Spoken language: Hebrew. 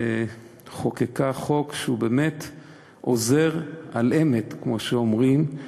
שחוקקה חוק שבאמת עוזר, על אמת, כמו שאומרים,